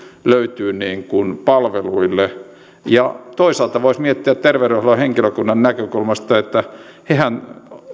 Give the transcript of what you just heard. löytyy palveluille ja toisaalta voisi miettiä terveydenhuollon henkilökunnan näkökulmasta että hehän